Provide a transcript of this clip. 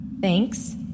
Thanks